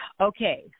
Okay